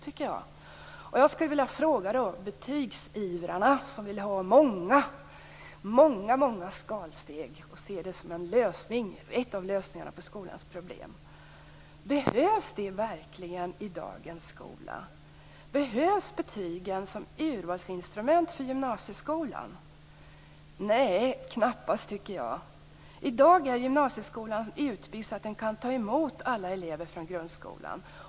Jag skulle vilja ställa en fråga till betygsivrarna, som vill ha många skalsteg och ser det som en av lösningarna på skolans problem: Behövs det verkligen i dagens skola? Behövs betygen som urvalsinstrument för gymnasieskolan? Knappast, anser jag. I dag är gymnasieskolan utbyggd så att den kan ta emot alla elever från grundskolan.